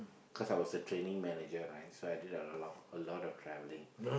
cause I was a training manager right so I did a lot a lot of travelling